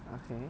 okay